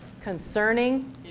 concerning